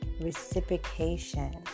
reciprocation